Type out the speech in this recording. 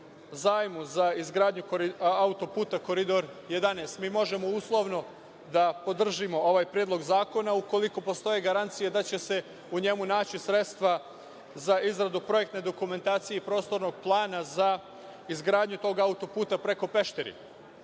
zajmu za izgradnju auto-puta Koridor 11, mi možemo uslovno da podržimo ovaj Predlog zakona, ukoliko postoje garancije da će se u njemu naći sredstva za izradu projektne dokumentacije i prostornog plana za izgradnju tog auto-puta preko Pešteri.